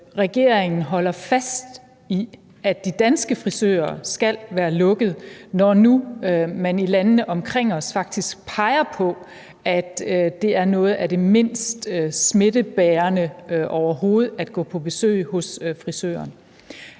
regeringen holder fast i, at de danske frisørsaloner skal være lukket, når nu man i landene omkring os faktisk peger på, at det er noget af det mindst smittebærende overhovedet at gå på besøg hos frisøren.